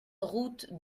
route